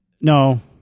No